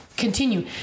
continue